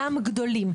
גם גדולים.